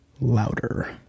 louder